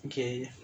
okay